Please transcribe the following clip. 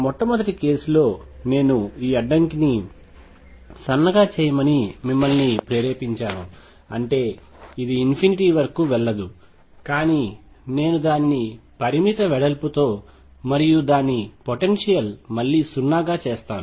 మొట్టమొదటి కేసు లో నేను ఈ అడ్డంకిని సన్నగా చేయమని మిమ్మల్ని ప్రేరేపించాను అంటే ఇది ఇన్ఫినిటీ వరకు వెళ్ళదు కానీ నేను దానిని పరిమిత వెడల్పుతో మరియు దాని పొటెన్షియల్ మళ్లీ 0 గా చేస్తాను